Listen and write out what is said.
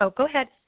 so go ahead.